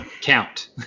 count